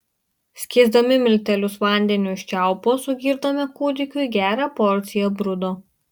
skiesdami miltelius vandeniu iš čiaupo sugirdome kūdikiui gerą porciją brudo